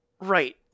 Right